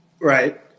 Right